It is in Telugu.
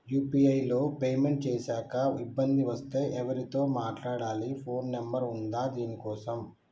యూ.పీ.ఐ లో పేమెంట్ చేశాక ఇబ్బంది వస్తే ఎవరితో మాట్లాడాలి? ఫోన్ నంబర్ ఉందా దీనికోసం?